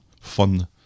fun